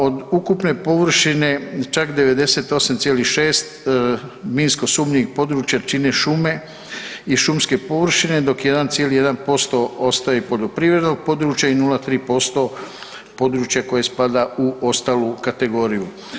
Od ukupne površine čak 98,6 minsko sumnjivih područja čine šume i šumske površine dok 1,1% ostaje poljoprivrednog područja i 0.3% područja koje spada u ostalu kategoriju.